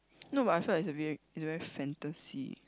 no but I feel like it's a very it's very fantasy